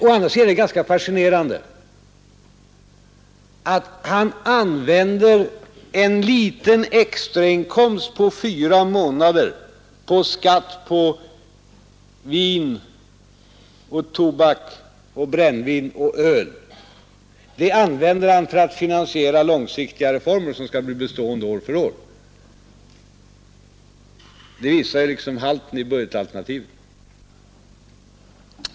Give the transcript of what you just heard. Å andra sidan är det ganska fascinerande att han använder en liten extra inkomst under fyra månader genom skatt på tobak och vin och brännvin och öl för att finansiera långsiktiga reformer, som skall bli bestående år från år. Det visar liksom halten i budgetalternativet.